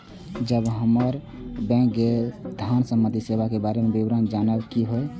जब हमरा गैर बैंकिंग धान संबंधी सेवा के बारे में विवरण जानय के होय?